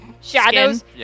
shadows